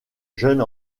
jeune